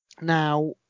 now